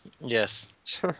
Yes